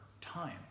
time